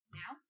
now